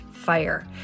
fire